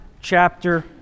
chapter